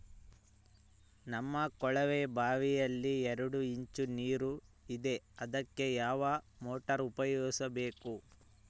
ನಮ್ಮ ಕೊಳವೆಬಾವಿಯಲ್ಲಿ ಎರಡು ಇಂಚು ನೇರು ಇದ್ದರೆ ಅದಕ್ಕೆ ಯಾವ ಮೋಟಾರ್ ಉಪಯೋಗಿಸಬೇಕು?